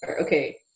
okay